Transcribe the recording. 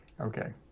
Okay